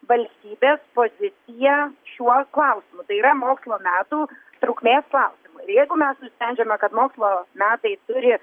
valstybės pozicija šiuo klausimu tai yra mokslo metų trukmės klausimą ir jeigu mes nusprendžiame kad mokslo metai turi